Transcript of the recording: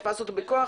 תפס אותו בכוח,